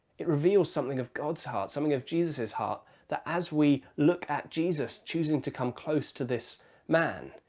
it reveals something of god's heart something of jesus's heart that, as we look at jesus choosing to come close to this man,